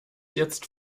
jetzt